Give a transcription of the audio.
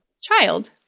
child